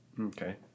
Okay